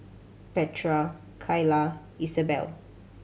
Petra Keila Isabel